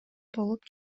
болуп